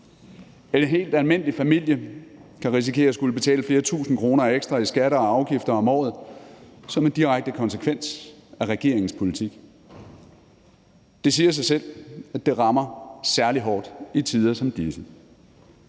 En helt almindelig familie kan risikere at skulle betale flere tusind kroner ekstra i skatter og afgifter om året som en direkte konsekvens af regeringens politik. Det siger sig selv, at det rammer særlig hårdt i tider som disse.